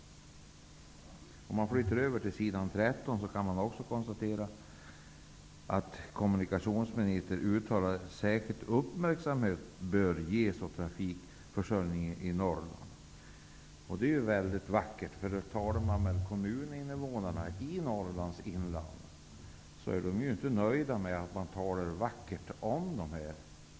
På s. 13 kan man ta del av att kommunikationsministern har uttalat att ''särskild uppmärksamhet bör ges åt trafikförsörjningen i Norrland''. Det är mycket vackert. Talar man med kommuninvånarna i Norrlands inland förstår man att de inte är nöjda med att man talar vackert om detta.